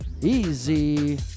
Easy